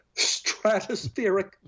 stratospheric